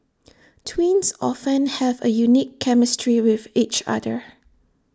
twins often have A unique chemistry with each other